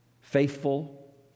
faithful